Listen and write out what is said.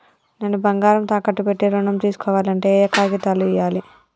నేను బంగారం తాకట్టు పెట్టి ఋణం తీస్కోవాలంటే ఏయే కాగితాలు ఇయ్యాలి?